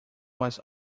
was